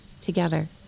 together